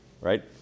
right